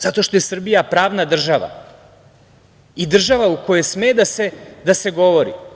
Zato što je Srbija pravna država i država u kojoj sme da se govori.